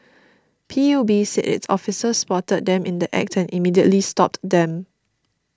P U B said its officers spotted them in the Act and immediately stopped them